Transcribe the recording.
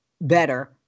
better